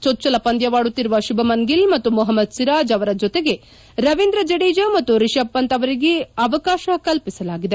ಚೊಚ್ಚಲ ಪಂದ್ಯವಾಡುತ್ತಿರುವ ಶುಭಮನ್ ಗಿಲ್ ಮತ್ತು ಮೊಹಮ್ಮದ್ ಸಿರಾಜ್ ಅವರ ಜೊತೆಗೆ ರವೀಂದ್ರ ಜಡೇಜಾ ಮತ್ತು ರಿಷಬ್ ಪಂತ್ ಅವರಿಗೆ ಅವಕಾಶ ಕಲ್ಪಿಸಲಾಗಿದೆ